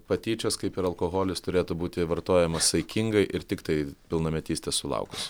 patyčios kaip ir alkoholis turėtų būti vartojamas saikingai ir tiktai pilnametystės sulaukus